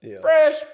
Fresh